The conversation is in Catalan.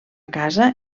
casa